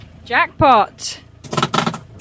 jackpot